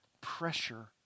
pressure